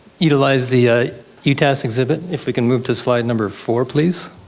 utilize the ah utas exhibit if we can move to slide number four please.